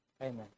Amen